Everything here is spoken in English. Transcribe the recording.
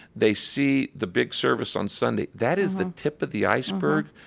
they see the big service on sunday. that is the tip of the iceberg,